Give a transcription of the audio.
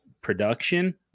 production